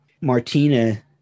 Martina